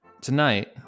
tonight